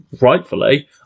rightfully